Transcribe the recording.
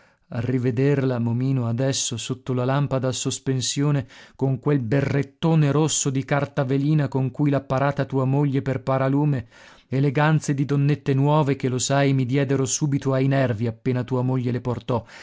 a rivederla momino adesso sotto la lampada a sospensione con quel berrettone rosso di cartavelina con cui l'ha parata tua moglie per paralume eleganze di donnette nuove che lo sai mi diedero subito ai nervi appena tua moglie le portò